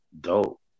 dope